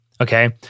okay